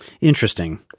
Interesting